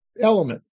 element